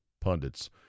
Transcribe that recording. pundits